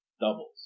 Doubles